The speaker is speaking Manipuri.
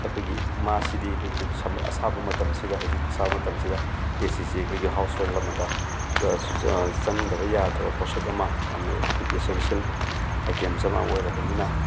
ꯑꯩꯈꯣꯏꯒꯤ ꯃꯥꯁꯤꯗꯤ ꯑꯩꯈꯣꯏꯒꯤ ꯑꯁꯥꯕ ꯃꯇꯝꯁꯤꯗ ꯍꯧꯖꯤꯛ ꯑꯁꯥꯕ ꯃꯇꯝꯁꯤꯗ ꯑꯦꯁꯤꯁꯦ ꯑꯩꯈꯣꯏꯒꯤ ꯍꯥꯎꯁ ꯍꯣꯜ ꯑꯃꯗ ꯆꯪꯗꯕ ꯌꯥꯗ꯭ꯔꯕ ꯄꯣꯠꯁꯛ ꯑꯃ ꯌꯥꯝꯅ ꯑꯩꯈꯣꯏꯒꯤ ꯑꯦꯁꯁꯦꯟꯁꯤꯌꯦꯜ ꯑꯥꯏꯇꯦꯝꯁ ꯑꯃ ꯑꯣꯏꯔꯕꯅꯤꯅ